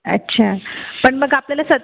अच्छा पण मग आपल्याला सग्